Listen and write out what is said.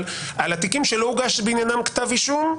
על התיקים שלא הוגש בעניינם כתב אישום,